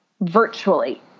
virtually